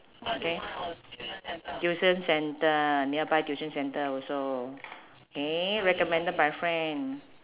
okay tuition centre nearby tuition centre also K recommended by friend